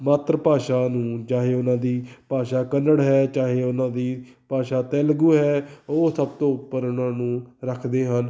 ਮਾਤਰ ਭਾਸ਼ਾ ਨੂੰ ਚਾਹੇ ਉਹਨਾਂ ਦੀ ਭਾਸ਼ਾ ਕੰਨੜ ਹੈ ਚਾਹੇ ਉਹਨਾਂ ਦੀ ਭਾਸ਼ਾ ਤੇਲਗੂ ਹੈ ਉਹ ਸਭ ਤੋਂ ਉੱਪਰ ਉਹਨਾਂ ਨੂੰ ਰੱਖਦੇ ਹਨ